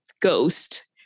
ghost